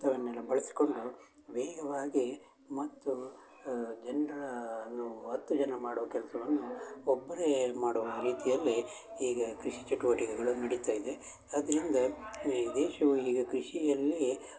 ಇಂಥವನ್ನೆಲ್ಲ ಬಳಸಿಕೊಂಡು ವೇಗವಾಗಿ ಮತ್ತು ಜನ್ರನ್ನು ಹತ್ತು ಜನ ಮಾಡೋ ಕೆಲಸವನ್ನೂ ಒಬ್ಬರೇ ಮಾಡುವ ರೀತಿಯಲ್ಲಿ ಈಗ ಕೃಷಿ ಚಟುವಟಿಕೆಗಳು ನಡೀತ ಇದೆ ಅದರಿಂದ ಈ ದೇಶವು ಈಗ ಕೃಷಿಯಲ್ಲೀ